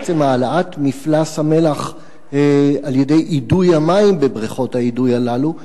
בעצם העלאת מפלס-המלח על-ידי אידוי המים בבריכות האידוי הללו,